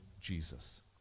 Jesus